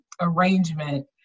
arrangement